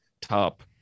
top